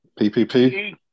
PPP